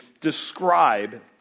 describe